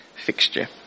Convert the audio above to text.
fixture